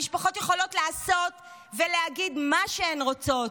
המשפחות יכולות לעשות ולהגיד מה שהן רוצות,